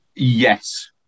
Yes